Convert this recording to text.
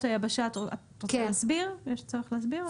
יש צורך להסביר?